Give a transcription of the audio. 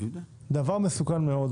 מסוכן מאוד,